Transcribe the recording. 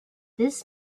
this